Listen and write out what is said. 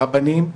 הרבנים,